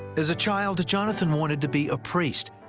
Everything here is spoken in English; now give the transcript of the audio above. as a child, jonathan wanted to be a priest,